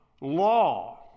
law